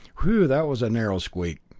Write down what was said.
whew that was a narrow squeak!